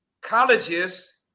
Colleges